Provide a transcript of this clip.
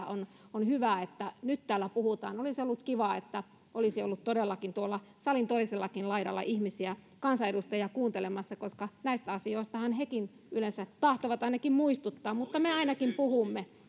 on on hyvä että nyt täällä puhutaan olisi ollut kiva että olisi ollut todellakin tuolla salin toisellakin laidalla ihmisiä kansanedustajia kuuntelemassa koska näistä asioistahan hekin yleensä tahtovat ainakin muistuttaa mutta me ainakin puhumme